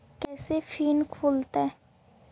कैसे फिन खुल तय?